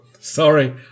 sorry